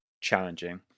challenging